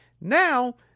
now